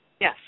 Yes